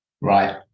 Right